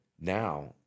now